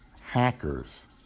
hackers